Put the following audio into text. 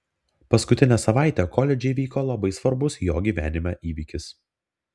paskutinę savaitę koledže įvyko labai svarbus jo gyvenime įvykis